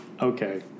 Okay